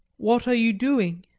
what are you doing?